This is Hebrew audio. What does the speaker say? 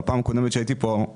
בפעם הקודמת שהייתי כאן,